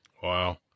Wow